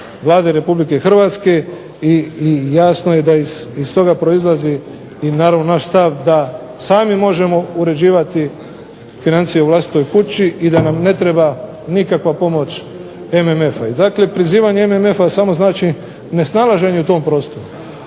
Vlade RH i jasno je da iz toga proizlazi i naravno naš stav da sami možemo uređivati financije u vlastitoj kući i da nam ne treba nikakva pomoć MMF-a. I dakle prizivanje MMF-a samo znači nesnalaženje u tom prostoru.